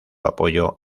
apoyo